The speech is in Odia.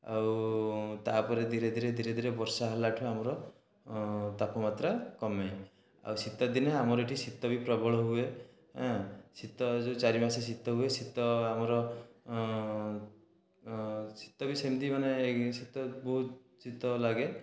ଆଉ ତାପରେ ଧୀରେ ଧୀରେ ଧୀରେ ଧୀରେ ବର୍ଷା ହେଲାଠୁ ଆମର ତାପମାତ୍ରା କମେ ଆଉ ଶୀତଦିନେ ଆମର ଏଠି ଶୀତ ବି ପ୍ରବଳ ହୁଏ ଶୀତ ଯେଉଁ ଚାରି ମାସ ଶୀତ ହୁଏ ଶୀତ ଆମର ଶୀତ ବି ସେମିତି ମାନେ ଶୀତ ବି ବହୁତ ଶୀତ ଲାଗେ